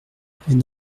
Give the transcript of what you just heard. est